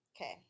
Okay